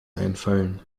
einfallen